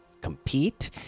compete